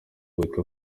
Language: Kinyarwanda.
witwa